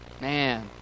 Man